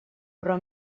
però